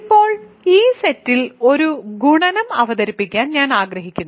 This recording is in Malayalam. ഇപ്പോൾ ഈ സെറ്റിൽ ഒരു ഗുണനം അവതരിപ്പിക്കാൻ ഞാൻ ആഗ്രഹിക്കുന്നു